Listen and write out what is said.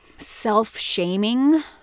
self-shaming